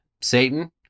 Satan